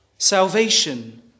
Salvation